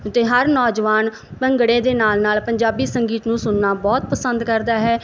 ਅਤੇ ਹਰ ਨੌਜਵਾਨ ਭੰਗੜੇ ਦੇ ਨਾਲ ਨਾਲ ਪੰਜਾਬੀ ਸੰਗੀਤ ਨੂੰ ਸੁਣਨਾ ਬਹੁਤ ਪਸੰਦ ਕਰਦਾ ਹੈ